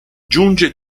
giunge